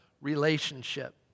relationship